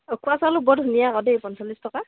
উখোৱা চাউলো বৰ ধুনীয়া আকৌ দেই পঞ্চলিছ টকা